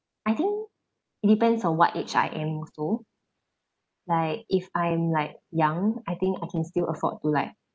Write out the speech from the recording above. I think it depends on what age I am also like if I'm like young I think I can still afford to like uh